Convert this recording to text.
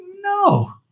No